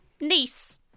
niece